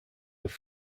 have